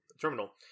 terminal